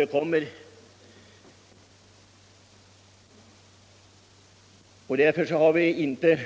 Vi anser att vi inte